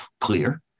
clear